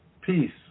peace